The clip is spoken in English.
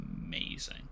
amazing